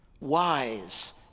wise